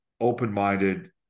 open-minded